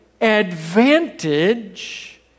advantage